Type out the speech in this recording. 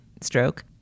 stroke